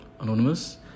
anonymous